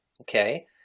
Okay